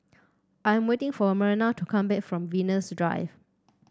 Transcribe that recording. I am waiting for Myrna to come back from Venus Drive